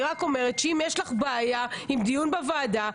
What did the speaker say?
אני רק אומרת שאם יש לך בעיה עם דיון בוועדה,